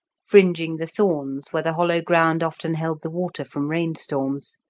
fringing the thorns where the hollow ground often held the water from rainstorms.